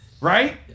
Right